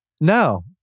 No